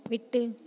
விட்டு